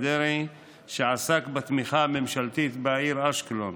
שעסק בתמיכה הממשלתית בעיר אשקלון